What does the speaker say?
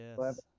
yes